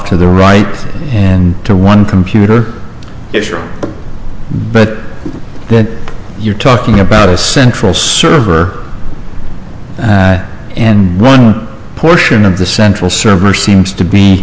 to the right and to one computer but then you're talking about a central server and one portion of the central server seems to be